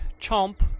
chomp